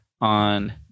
on